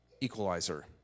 equalizer